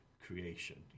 creation